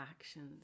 actions